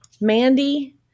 Mandy